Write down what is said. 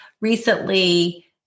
recently